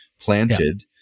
planted